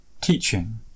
teaching